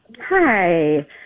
Hi